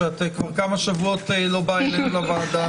שכבר כמה שבועות את לא באה אלינו לוועדה.